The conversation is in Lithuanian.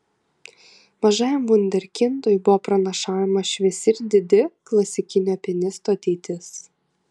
mažajam vunderkindui buvo pranašaujama šviesi ir didi klasikinio pianisto ateitis